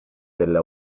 delle